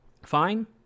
Fine